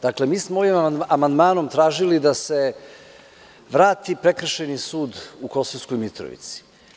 Dakle, mi smo ovim amandmanom tražili da se vrati prekršajni sud u Kosovskoj Mitrovici.